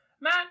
Matt